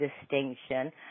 distinction